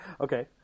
Okay